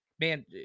Man